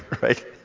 right